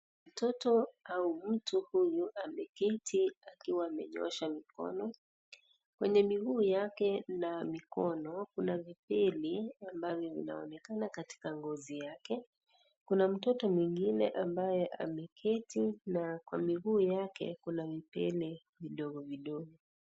Mtoto, au mtu huyu ameketi akiwa amenyooshaa mkono, kwenye miguu yake na mikono kuna vipele ambavyo vinaonekana katika ngozi yake, kuna mtoto mwingine ambaye ameketi na kwa miguu yake kuna vipele vidogo vidogo.